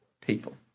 people